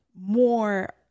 more